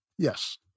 Yes